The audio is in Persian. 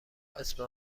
اسم